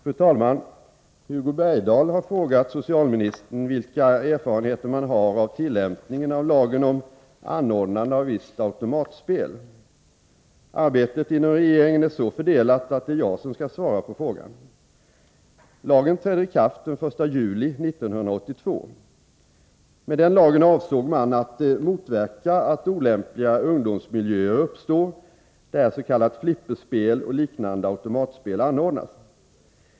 Fru talman! Hugo Bergdahl har frågat socialministern vilka erfarenheter man har av tillämpningen av lagen om anordnande av visst automatspel. Arbetet inom regeringen är så fördelat att det är jag som skall svara på frågan. Lagen trädde i kraft den 1 juli 1982. Med den avsåg man att motverka att olämpliga ungdomsmiljöer uppstår, där s.k. flipperspel och liknande automatspel anordnas.